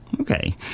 Okay